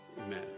amen